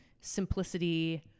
Simplicity